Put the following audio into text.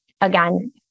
again